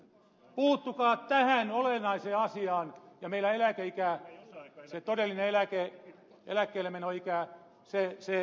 puuttukaa tähän olennaiseen asiaan ja meillä se todellinen eläkkeellemenoikä jatkuu